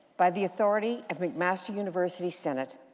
by the authority of mcmaster university senate,